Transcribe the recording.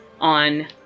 on